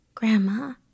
Grandma